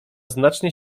znacznie